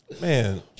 Man